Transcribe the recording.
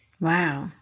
Wow